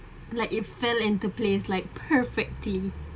like it fell into place like perfectly